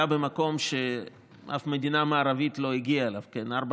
הייתה במקום שאף מדינה מערבית לא הגיעה אליו: ארבע